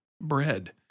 bread